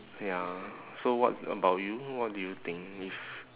ya so what about you what do you think if